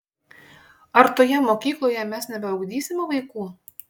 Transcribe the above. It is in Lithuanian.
ar toje mokykloje mes nebeugdysime vaikų